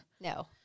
No